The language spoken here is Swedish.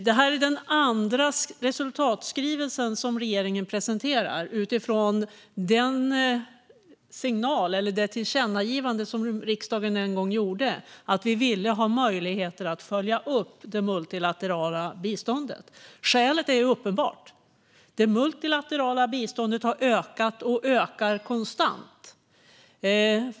Det här är den andra resultatskrivelse som regeringen presenterar utifrån det tillkännagivande som riksdagen en gång gjorde om att vi ville ha möjligheter att följa upp det multilaterala biståndet. Skälet är uppenbart: Det multilaterala biståndet har ökat och ökar konstant.